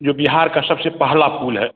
जो बिहार का सबसे पहला पूल है